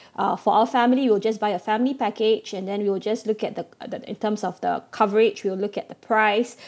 uh for our family we'll just by a family package and then we'll just look at the the the in terms of the coverage we'll look at the price